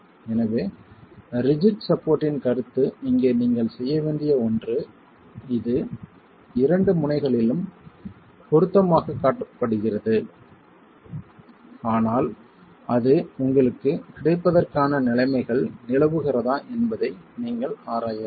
எனவே ரிஜிட் சப்போர்ட்டின் கருத்து இங்கே நீங்கள் செய்ய வேண்டிய ஒன்று இது இரண்டு முனைகளிலும் பொருத்தமாக காட்டப்படுகிறது ஆனால் அது உங்களுக்குக் கிடைப்பதற்கான நிலைமைகள் நிலவுகிறதா என்பதை நீங்கள் ஆராய வேண்டும்